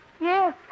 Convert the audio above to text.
Yes